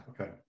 Okay